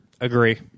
agree